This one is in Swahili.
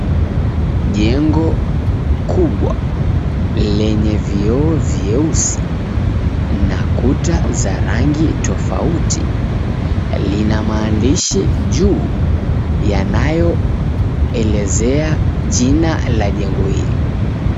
Jengo kubwa, lenye vioo vyeusi na kuta za rangi tofauti, lina maandishi juu yanayoelezea jina la jengo hili.